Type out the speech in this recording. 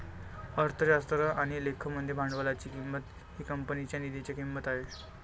अर्थशास्त्र आणि लेखा मध्ये भांडवलाची किंमत ही कंपनीच्या निधीची किंमत आहे